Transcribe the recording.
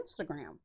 Instagram